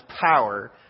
power